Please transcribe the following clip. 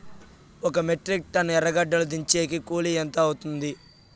ఒక metric ton ఎర్రగడ్డలు దించేకి కూలి ఎంత అవుతుంది?